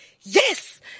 yes